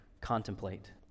contemplate